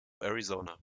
arizona